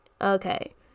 okay